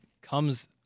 comes